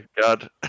God